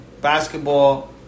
basketball